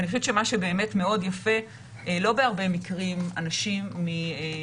ואני חושבת שמה שבאמת מאוד יפה לא בהרבה מקרים אנשים מאוניברסיטאות